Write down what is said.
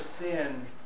sin